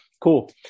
cool